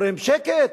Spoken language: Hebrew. אומרים: שקט,